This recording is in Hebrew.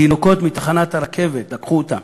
מתחנת הרכבת לקחו אותם,